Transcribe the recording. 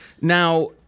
Now